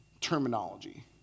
terminology